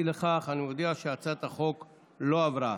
אי לכך אני מודיע שהצעת החוק לא עברה.